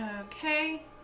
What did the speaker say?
Okay